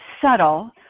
Subtle